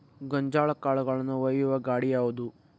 ಗೋಂಜಾಳ ಕಾಳುಗಳನ್ನು ಒಯ್ಯುವ ಗಾಡಿ ಯಾವದು?